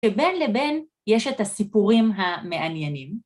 שבין לבין יש את הסיפורים המעניינים.